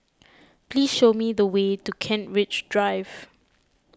please show me the way to Kent Ridge Drive